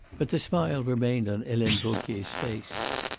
but the smile remained on helene vauquier's face.